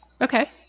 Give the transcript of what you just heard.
Okay